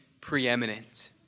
preeminent